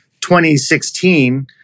2016